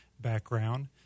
background